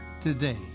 today